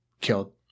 killed